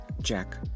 Jack